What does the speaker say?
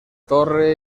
torre